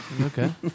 Okay